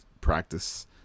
practice